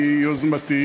מיוזמתי,